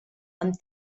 amb